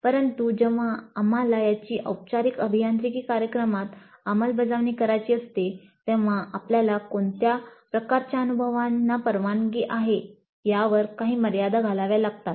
परंतु जेव्हा आम्हाला याची औपचारिक अभियांत्रिकी कार्यक्रमात अंमलबजावणी करायची असते तेव्हा आपल्याला कोणत्या प्रकारच्या अनुभवांना परवानगी आहे यावर काही मर्यादा घालाव्या लागतात